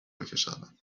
بکشاند